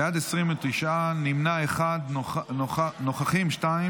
בעד, 29, נמנע אחד, נוכחים, שניים.